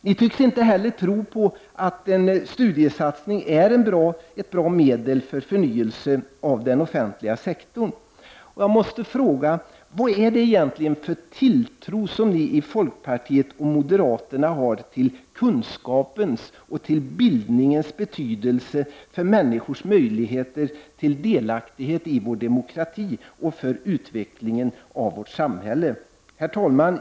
Ni tycks inte heller tro på att en studiesatsning är ett bra medel för förnyelse av den offentliga sektorn. Jag måste fråga: Vad har ni i folkpartiet och moderaterna egentligen för tilltro till kunskapens och bildningens betydelse för människors möjligheter till delaktighet i vår demokrati och för utvecklingen av vårt samhälle? Herr talman!